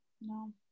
no